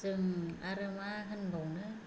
जों आरो मा होनबावनो